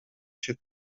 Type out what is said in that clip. się